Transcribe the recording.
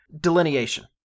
delineation